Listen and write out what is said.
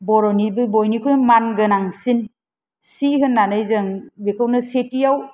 बर'निबो बयनिख्रुइ मान गोनांसिन सि होननानै जों बेखौनो सेथियाव